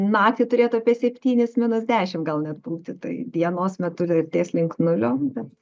naktį turėtų apie septynis minus dešim gal net būti tai dienos metu artės link nulio bet